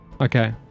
Okay